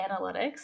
analytics